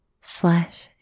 slash